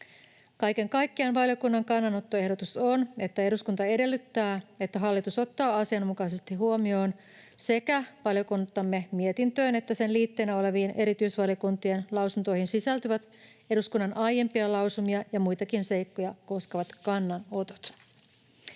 Kaiken kaikkiaan valiokunnan kannanottoehdotus on, että eduskunta edellyttää, että hallitus ottaa asianmukaisesti huomioon sekä valiokuntamme mietintöön että sen liitteenä oleviin erityisvaliokuntien lausuntoihin sisältyvät eduskunnan aiempia lausumia ja muitakin seikkoja koskevat kannanotot.